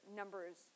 numbers